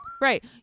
Right